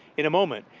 in a moment,